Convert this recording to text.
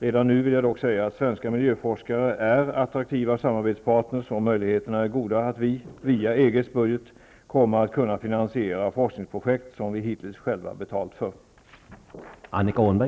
Redan nu vill jag dock säga att svenska miljöforskare är attraktiva samarbetspartner, och möjligheterna är goda att vi, via EG:s budget, kommer att kunna finansiera forskningsprojekt som vi hittills själva betalt för.